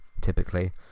typically